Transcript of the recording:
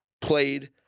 played